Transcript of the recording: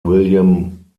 william